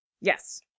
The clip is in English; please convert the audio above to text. Yes